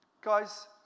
Guys